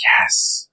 Yes